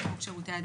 (7),